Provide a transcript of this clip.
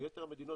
ביתר המדינות,